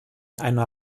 einer